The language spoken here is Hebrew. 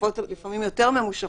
תקופות לפעמים יותר ממושכות,